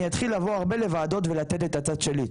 אני אתחיל לבוא הרבה לוועדות ולתת את הצד שלי.